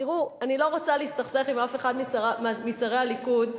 תראו, אני לא רוצה להסתכסך עם אף אחד משרי הליכוד,